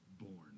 born